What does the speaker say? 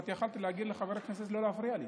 יכולת להגיד לחבר הכנסת לא להפריע לי.